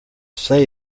say